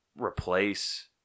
replace